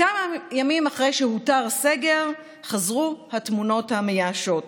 כמה ימים אחרי שהותר הסגר חזרו התמונות המייאשות